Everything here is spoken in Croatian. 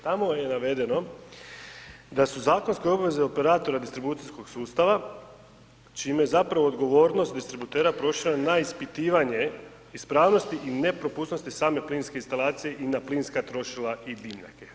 Tamo je navedeno da su zakonske obveze operatora distribucijskog sustava čime zapravo odgovornost distributera prošla je na ispitivanje ispravnosti i nepropusnosti same plinske instalacije i na plinska trošila i dimnjake.